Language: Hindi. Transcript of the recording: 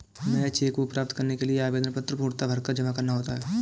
नया चेक बुक प्राप्त करने के लिए आवेदन पत्र पूर्णतया भरकर जमा करना होता है